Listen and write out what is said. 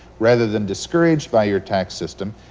rather than discouraged by your tax system,